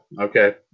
okay